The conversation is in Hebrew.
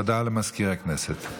הודעה למזכיר הכנסת.